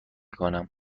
کنم